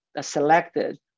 selected